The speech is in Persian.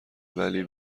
ولی